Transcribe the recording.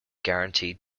guaranteed